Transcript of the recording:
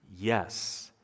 Yes